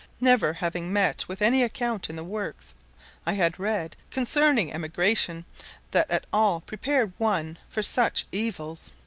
never having met with any account in the works i had read concerning emigration that at all prepared one for such evils.